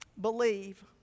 believe